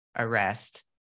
arrest